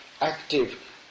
active